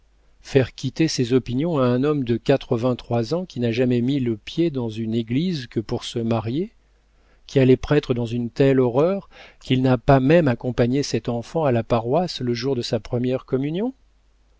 faire quitter ses opinions à un homme de quatre-vingt-trois ans qui n'a jamais mis le pied dans une église que pour se marier qui a les prêtres dans une telle horreur qu'il n'a pas même accompagné cette enfant à la paroisse le jour de sa première communion